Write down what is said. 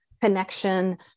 connection